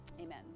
Amen